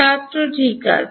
ছাত্র ঠিক আছে